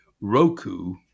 Roku